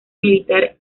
militar